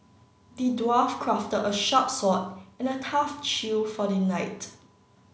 the dwarf crafted a sharp sword and a tough shield for the knight